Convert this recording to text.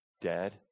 Dad